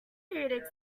period